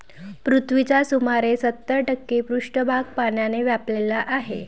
पृथ्वीचा सुमारे सत्तर टक्के पृष्ठभाग पाण्याने व्यापलेला आहे